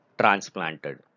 transplanted